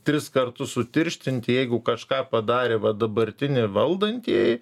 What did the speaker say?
tris kartus sutirštinti jeigu kažką padarė va dabartiniai valdantieji